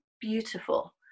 beautiful